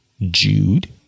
Jude